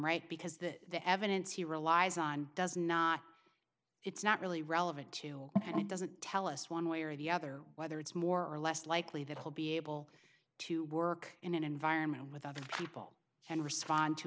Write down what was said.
right because that the evidence he relies on does not it's not really relevant and doesn't tell us one way or the other whether it's more or less likely that he'll be able to work in an environment with other people and respond to